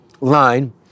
line